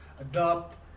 adopt